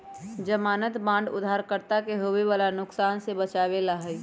ज़मानत बांड उधारकर्ता के होवे वाला नुकसान से बचावे ला हई